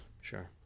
sure